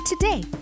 today